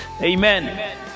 amen